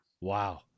Wow